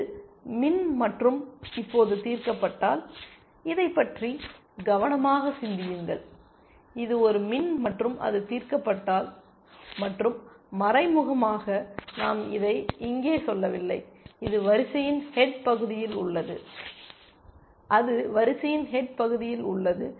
இது மின் மற்றும் இப்போது தீர்க்கப்பட்டால் இதைப் பற்றி கவனமாக சிந்தியுங்கள் இது ஒரு மின் மற்றும் அது தீர்க்கப்பட்டால் மற்றும் மறைமுகமாக நாம் இதை இங்கே சொல்லவில்லை இது வரிசையின் ஹெட் பகுதியில் உள்ளது அது வரிசையின் ஹெட் பகுதியில் உள்ளது